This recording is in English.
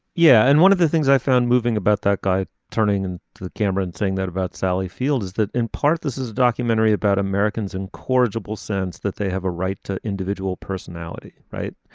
yeah. and one of the things i found moving about that guy turning and to the camera and saying that about sally field is that in part this is a documentary about americans incorrigible sense that they have a right to individual personality right.